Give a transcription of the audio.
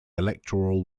electoral